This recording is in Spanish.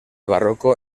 barroco